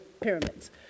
pyramids